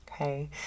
Okay